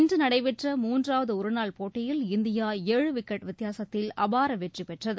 இன்று நடைபெற்ற மூன்றாவது ஒருநாள் போட்டியில் இந்தியா ஏழு விக்கெட் வித்தியாசத்தில் அபார வெற்றிபெற்றது